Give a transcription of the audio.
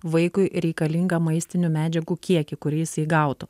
vaikui reikalingą maistinių medžiagų kiekį kurį jisai gautų